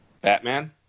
Batman